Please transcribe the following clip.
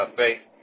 face